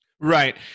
right